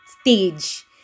stage